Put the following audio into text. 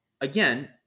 again